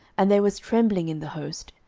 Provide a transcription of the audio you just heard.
and there was trembling in the host,